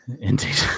Indeed